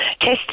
Test